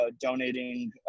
donating